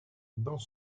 dans